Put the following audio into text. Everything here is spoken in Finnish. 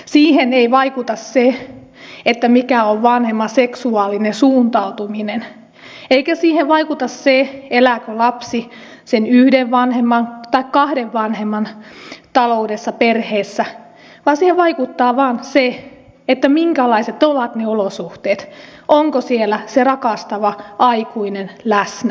siihen ei vaikuta se mikä on vanhemman seksuaalinen suuntautuminen eikä siihen vaikuta se elääkö lapsi sen yhden vanhemman tai kahden vanhemman taloudessa perheessä vaan siihen vaikuttaa vain se minkälaiset ovat ne olosuhteet onko siellä se rakastava aikuinen läsnä